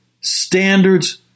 standards